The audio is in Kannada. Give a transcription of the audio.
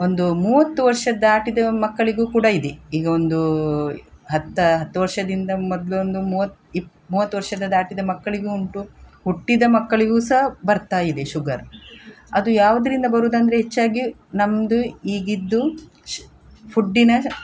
ಒಂದು ಮೂವತ್ತು ವರ್ಷ ದಾಟಿದ ಮಕ್ಕಳಿಗೂ ಕೂಡ ಇದೆ ಈಗ ಒಂದು ಹತ್ತು ಹತ್ತು ವರ್ಷದಿಂದ ಮೊದ್ಲು ಒಂದು ಮೂವತ್ತು ಇಪ್ ಮೂವತ್ತು ವರ್ಷ ದಾಟಿದ ಮಕ್ಕಳಿಗೂ ಉಂಟು ಹುಟ್ಟಿದ ಮಕ್ಕಳಿಗೂ ಸಹ ಬರ್ತಾ ಇದೆ ಶುಗರ್ ಅದು ಯಾವುದ್ರಿಂದ ಬರುವುದಂದ್ರೆ ಹೆಚ್ಚಾಗಿ ನಮ್ಮದು ಈಗಿನದ್ದು ಶ್ ಫುಡ್ಡಿನ